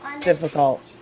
difficult